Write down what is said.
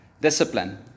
discipline